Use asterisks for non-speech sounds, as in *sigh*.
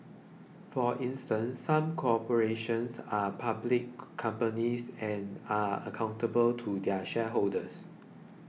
for instance some corporations are public *noise* companies and are accountable to their shareholders